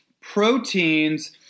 proteins